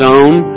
own